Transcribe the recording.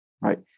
right